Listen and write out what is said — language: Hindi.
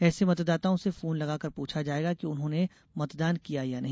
ऐसे मतदाताओं से फोन लगाकर पूछा जाएगा कि उन्होंने मतदान किया या नहीं